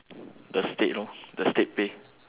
the state lor the state pay